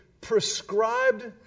prescribed